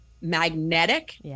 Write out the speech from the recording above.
magnetic